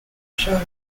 show